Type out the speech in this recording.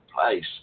place